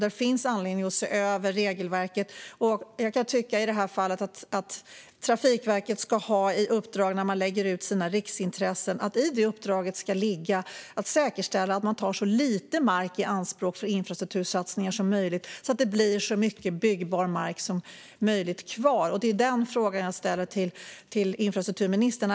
Det finns anledning att se över regelverket. I det här fallet tycker jag att Trafikverket ska ha i uppdrag att när man ser till riksintressen säkerställa att ta så lite mark i anspråk som möjligt vid infrastruktursatsningar. Det måste bli så mycket byggbar mark som möjligt kvar. Det är den frågan jag vill ställa till infrastrukturministern.